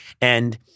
And-